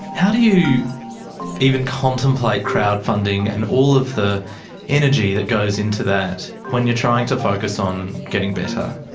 how do you even contemplate crowd-funding and all of the energy that goes into that when you're trying to focus on getting better?